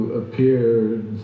appeared